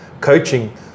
coaching